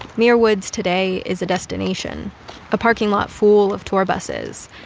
muir woods today is a destination a parking lot full of tour buses,